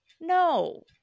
no